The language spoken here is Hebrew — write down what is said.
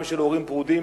גם של הורים פרודים,